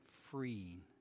freeing